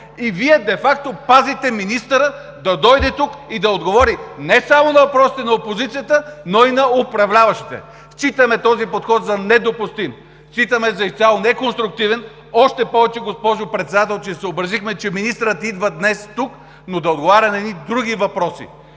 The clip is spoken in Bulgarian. Вие, де факто пазите министъра да дойде тук и да отговори не само на въпросите на опозицията, но и на управляващите. Считаме този подход за недопустим, считаме го за изцяло неконструктивен, още повече, госпожо Председател, че съобразихме, че министърът идва днес тук, но да отговаря на едни други въпроси.